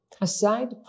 Aside